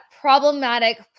problematic